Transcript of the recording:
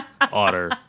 otter